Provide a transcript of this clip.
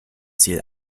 ziel